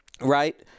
Right